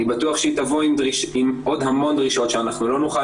אני בטוח שהיא תבוא עם עוד המון דרישות שאנחנו לא נוכל